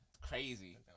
crazy